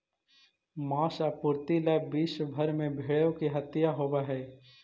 माँस आपूर्ति ला विश्व भर में भेंड़ों की हत्या होवअ हई